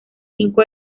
cinco